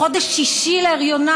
בחודש השישי להריונה,